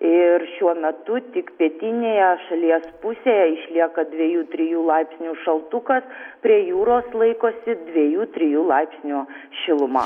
ir šiuo metu tik pietinėje šalies pusėje išlieka dviejų trijų laipsnių šaltukas prie jūros laikosi dviejų trijų laipsnių šiluma